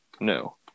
No